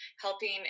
helping